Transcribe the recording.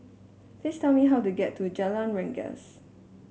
please tell me how to get to Jalan Rengas